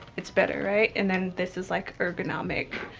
it's better, right? and then this is like ergonomic.